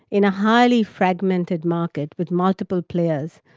in a highly fragmented market with multiple players,